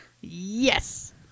Yes